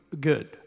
good